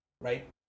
Right